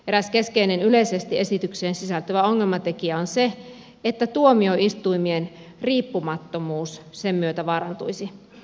eräs keskeinen yleisesti esitykseen sisältyvä ongelmatekijä on se että tuomioistuimien riippumattomuus sen myötä vaarantuisi